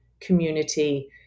community